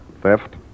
Theft